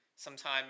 sometime